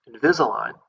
Invisalign